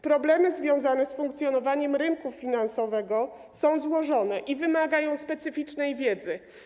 Problemy związane z funkcjonowaniem rynku finansowego są złożone i wymagają specyficznej wiedzy.